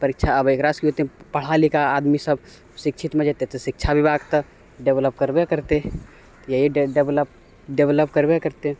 परीक्षा आब एकरासँ किओ एतेक पढ़ा लिखा आदमीसब शिक्षितमे जेतै तऽ शिक्षा विभागके डेवेलप करबे करतै तऽ इएह डेवेलप करबे करतै